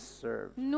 served